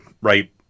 right